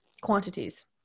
Quantities